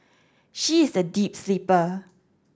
she is a deep sleeper